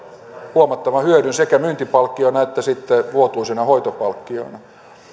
huomattavan hyödyn sekä myyntipalkkiona että sitten vuotuisina hoitopalkkioina